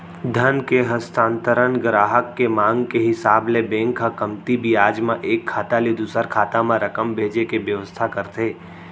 धन के हस्तांतरन गराहक के मांग के हिसाब ले बेंक ह कमती बियाज म एक खाता ले दूसर खाता म रकम भेजे के बेवस्था करथे